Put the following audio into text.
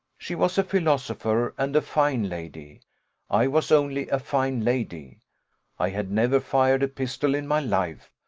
she was a philosopher, and a fine lady i was only a fine lady i had never fired a pistol in my life,